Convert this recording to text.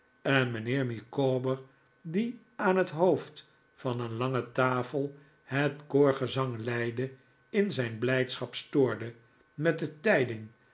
en mijnheer micawber die aan het hoofd van een lange tafel het koorgezang leidde in zijn blijdschap stoorde met de tijding